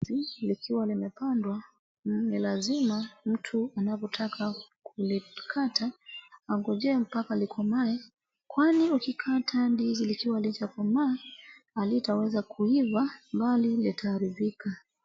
Ndizi likiwa limepandwa, ni lazima mtu anapotaka kulikata angojee mpaka likomae, kwani ulikata ndizi likiwa lijakoma halitaweza kuiva bali litaaribika.